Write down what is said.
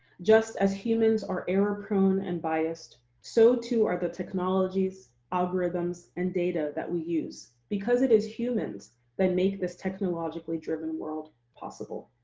just as humans are error prone and biased, so too are the technologies, algorithms, and data that we use, because it is humans that make this technologically-driven world possible.